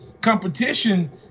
competition